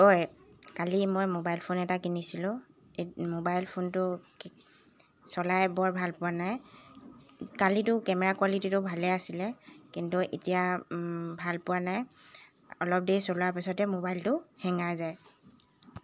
ঐ কালি মই ম'বাইল ফোন এটা কিনিছিলোঁ এই ম'বাইল ফোনটো চলাই বৰ ভাল পোৱা নাই কালিতো কেমেৰা কোৱালিটিটো ভালে আছিলে কিন্তু এতিয়া ভাল পোৱা নাই অলপ দেৰি চলোৱা পিছতে ম'বাইলটো হেঙাই যায়